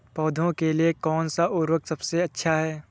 पौधों के लिए कौन सा उर्वरक सबसे अच्छा है?